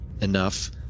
enough